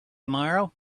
tomorrow